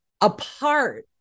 apart